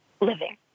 living